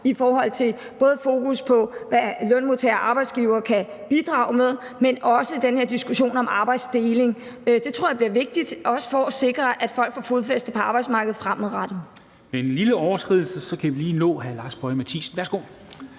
i forhold til fokus på, hvad lønmodtagere og arbejdsgivere kan bidrage med, men også i forhold til den her diskussion om arbejdsdeling. Det tror jeg bliver vigtigt, også for at sikre, at folk får fodfæste på arbejdsmarkedet fremadrettet. Kl. 15:14 Formanden (Henrik Dam Kristensen): Med en lille overskridelse kan vi lige nå hr. Lars Boje Mathiesen. Værsgo.